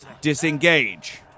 disengage